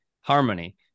harmony